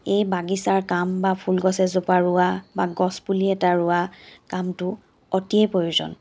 এই বাগিচাৰ কাম বা ফুলগছ এজোপা ৰোৱা বা গছপুলি এটা ৰোৱা কামটো অতিয়েই প্ৰয়োজন